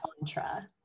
mantra